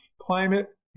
Climate